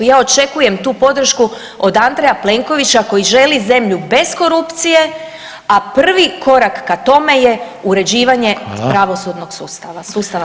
Ja očekujem tu podršku od Andreja Plenkovića koji želi zemlju bez korupcije, a prvi korak ka tome je uređivanje [[Upadica: Hvala.]] pravosudnog sustava, sustava